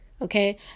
Okay